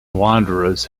wanderers